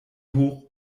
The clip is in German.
hoch